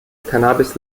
cannabis